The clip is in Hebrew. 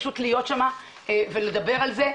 פשוט להיות שם ולדבר על זה,